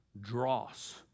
Dross